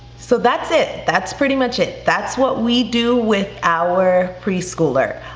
so that's it, that's pretty much it. that's what we do with our preschooler.